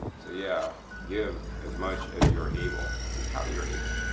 so yeah give as much as you are able and how you are able.